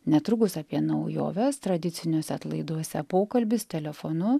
netrukus apie naujoves tradiciniuose atlaiduose pokalbis telefonu